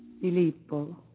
Filippo